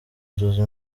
nzozi